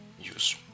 use